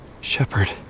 shepherd